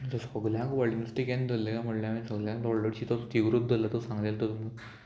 सगळ्यांक व्हडलें नुस्तें केन्ना धल्लें कांय म्हणल्यार हांवें सगल्यान व्हडलो हरशी तो थिगुरूच धरला तो सांगलेलो तो तुमकां